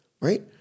right